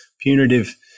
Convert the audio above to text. punitive